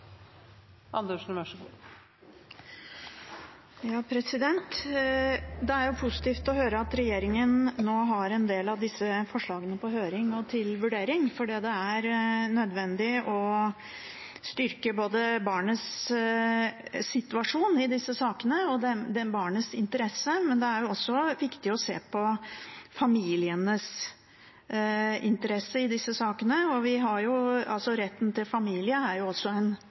er positivt å høre at regjeringen nå har en del av disse forslagene på høring og til vurdering, for det er nødvendig å styrke både barnets situasjon i disse sakene og barnets interesse, og det er også viktig å se på familienes interesse i disse sakene. Retten til familie er jo også en